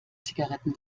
zigaretten